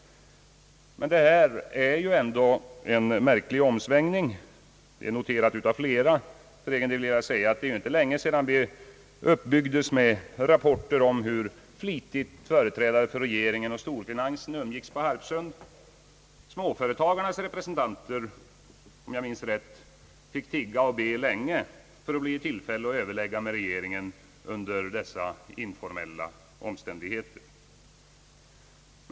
Men detta är ändå en märklig omsvängning, noterad av flera. För egen del vill jag säga, att det inte är länge sedan vi uppbyggdes med rapporter om hur flitigt företrädare för regeringen och storfinansen umgicks på Harpsund. Småföretagarnas representanter, om jag minns rätt, fick tigga och be länge för att bli i tillfälle att överlägga med regeringen under dessa informella omständigheter.